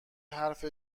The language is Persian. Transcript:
حرف